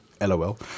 LOL